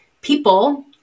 people